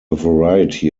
variety